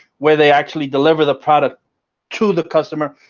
where they actually deliver the product to the customer,